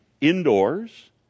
indoors